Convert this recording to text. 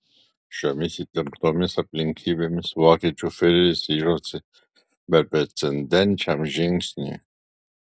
šiomis įtemptomis aplinkybėmis vokiečių fiureris ryžosi beprecedenčiam žingsniui